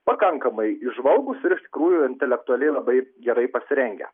pakankamai įžvalgūs ir iš tikrųjų intelektualiai labai gerai pasirengę